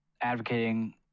advocating